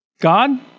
God